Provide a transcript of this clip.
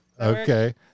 okay